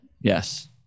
yes